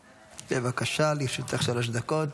בבקשה, לרשותך שלוש דקות.